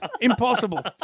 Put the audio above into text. Impossible